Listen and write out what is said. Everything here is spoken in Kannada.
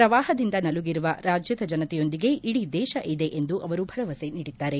ಪ್ರವಾಪದಿಂದ ನಲುಗಿರುವ ರಾಜ್ಯದ ಜನತೆಯೊಂದಿಗೆ ಇಡೀ ದೇಶ ಇದೆ ಎಂದು ಅವರು ಭರವಸೆ ನೀಡಿದ್ದಾರೆ